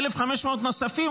ו-1,500 נוספות,